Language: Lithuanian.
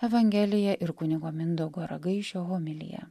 evangelija ir kunigo mindaugo ragaišio homilija